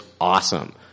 awesome